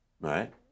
Right